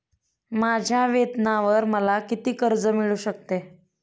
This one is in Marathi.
माझ्या वेतनावर मला किती कर्ज मिळू शकते?